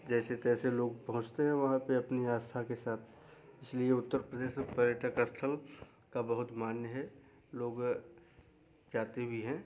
जैसे तैसे लोग पहुँचते हैं वहाँ पे अपनी आस्था के साथ इसीलिए उत्तर प्रदेश में पर्यटक स्थल का बहुत मान्य है लोग जाते भी हैं